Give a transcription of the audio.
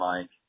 Mike